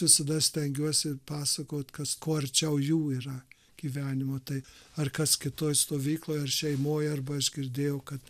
visada stengiuosi pasakot kas kuo arčiau jų yra gyvenimo tai ar kas kitoj stovykloj ar šeimoj arba aš girdėjau kad